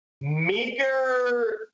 meager